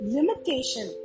Limitation